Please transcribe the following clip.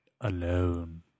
alone